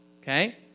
okay